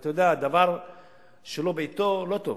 ואתה יודע, דבר שלא בעתו לא טוב.